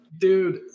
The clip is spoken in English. Dude